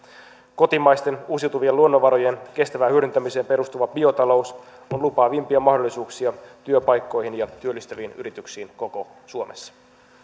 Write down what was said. kotimaisten uusiutuvien luonnonvarojen kestävään hyödyntämiseen perustuva biotalous on lupaavimpia mahdollisuuksia työpaikkoihin ja työllistäviin yrityksiin koko suomessa